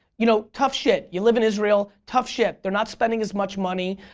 you know, tough shit. you live in israel, tough shit. they're not spending as much money.